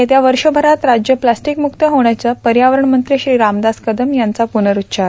येत्या वर्षभरात राज्य प्लॉस्टिकम्रक्त होण्याचा पर्यावरणमंत्री श्री रामदास कदम यांचा प्रनरूच्चार